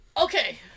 Okay